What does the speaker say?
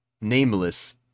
Nameless